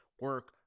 Work